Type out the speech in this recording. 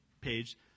page